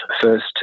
First